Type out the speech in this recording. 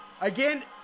Again